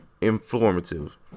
informative